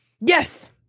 Yes